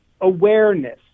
awareness